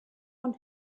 one